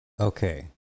Okay